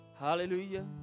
Hallelujah